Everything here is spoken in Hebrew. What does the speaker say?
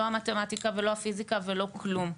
לא המתמטיקה ולא הפיזיקה ולא כלום,